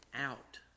out